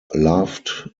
loved